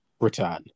return